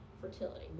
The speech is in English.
fertility